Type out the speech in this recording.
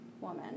Woman